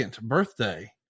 birthday